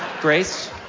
grace